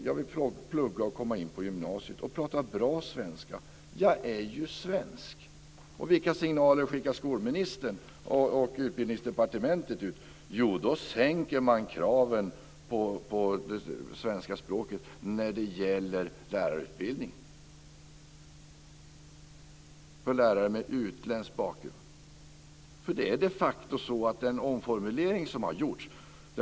Jag vill plugga och komma in på gymnasiet och prata bra svenska. Jag är ju svensk. Vilka signaler skickar skolministern och Utbildningsdepartementet ut? Jo, då sänker man kraven vad beträffar svenska språket när det gäller lärarutbildningen för lärare med utländsk bakgrund. Det är de facto så att det har gjorts en omformulering.